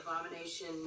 abomination